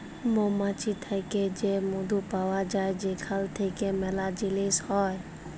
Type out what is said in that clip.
মমাছি থ্যাকে যে মধু পাউয়া যায় সেখাল থ্যাইকে ম্যালা জিলিস হ্যয়